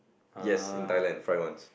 yes in Thailand fry ones